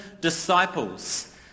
disciples